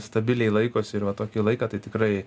stabiliai laikosi ir va tokį laiką tai tikrai